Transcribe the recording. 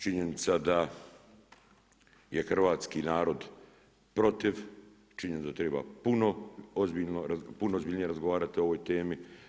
Činjenica da je hrvatski narod protiv, činjenica da treba puno ozbiljnije razgovarati o ovoj temi.